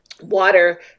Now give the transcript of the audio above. Water